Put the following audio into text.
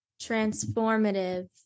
transformative